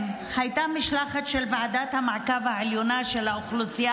משלחת של ועדת המעקב העליונה של האוכלוסייה